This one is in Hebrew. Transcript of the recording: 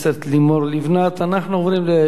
אנחנו עוברים לדיון בהצעת החוק.